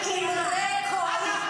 -- עם רקורד,